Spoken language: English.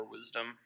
wisdom